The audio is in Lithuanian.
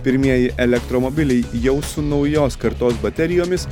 pirmieji elektromobiliai jau su naujos kartos baterijomis